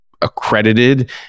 accredited